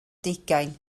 deugain